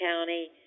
County